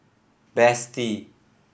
Betsy